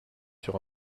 sur